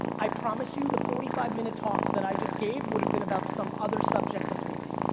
i promise you, the forty five minute talk that i just gave would have been about some other subject completely.